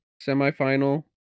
semifinal